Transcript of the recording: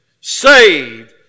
Saved